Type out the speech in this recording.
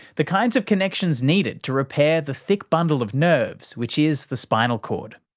the kinds of connections needed to repair the thick bundle of nerves which is the spinal cord.